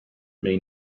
may